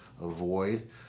avoid